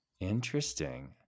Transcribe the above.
Interesting